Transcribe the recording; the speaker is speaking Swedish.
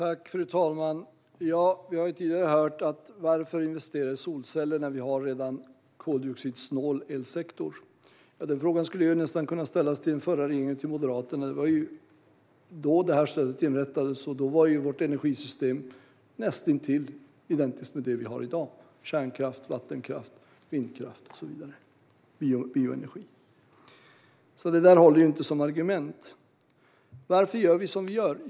Fru talman! Vi har tidigare hört frågan: Varför investera i solceller när vi redan har en koldioxidsnål elsektor? Den frågan skulle nästan kunna ställas till den förra regeringen och till Moderaterna. Det var då detta stöd inrättades, och då var vårt energisystem näst intill identiskt med det vi har i dag - kärnkraft, vattenkraft, vindkraft, bioenergi och så vidare. Det håller alltså inte som argument. Varför gör vi som vi gör?